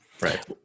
Right